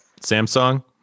Samsung